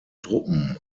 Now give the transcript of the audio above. truppen